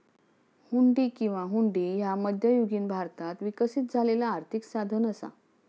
हुंडी किंवा हुंडी ह्या मध्ययुगीन भारतात विकसित झालेला आर्थिक साधन असा